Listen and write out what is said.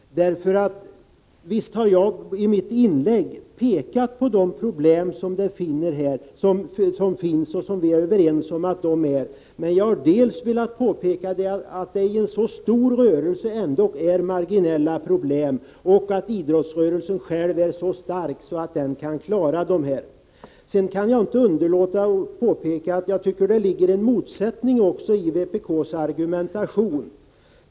Visst har jag i mitt inlägg pekat på de problem som vi är överens om finns här, men jag har velat påpeka dels att de ändå är marginella problem i en så stor rörelse, dels att idrottsrörelsen är så stark att den själv kan klara av dem. Sedan kan jag inte underlåta att påpeka att jag tycker det ligger en motsättning i vpk:s argumentation.